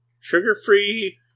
Sugar-free